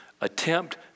attempt